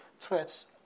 threats